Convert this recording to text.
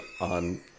on